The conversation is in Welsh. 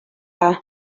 dda